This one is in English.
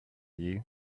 you